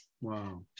wow